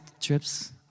trips